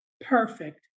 perfect